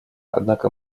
однако